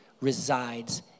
resides